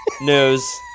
news